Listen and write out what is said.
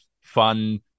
fun